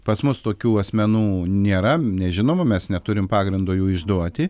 pas mus tokių asmenų nėra nežinoma mes neturim pagrindo jų išduoti